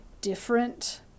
different